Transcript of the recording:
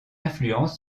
influence